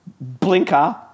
Blinker